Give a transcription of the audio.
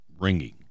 ringing